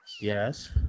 Yes